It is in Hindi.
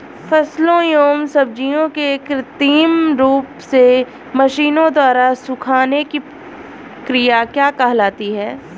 फलों एवं सब्जियों के कृत्रिम रूप से मशीनों द्वारा सुखाने की क्रिया क्या कहलाती है?